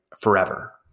forever